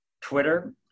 Twitter